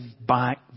back